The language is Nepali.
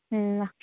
ल